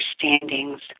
understandings